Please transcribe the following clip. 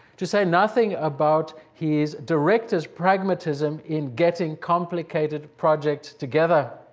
to say nothing about his director's pragmatism in getting complicated projects together.